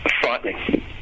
frightening